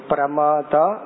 Pramata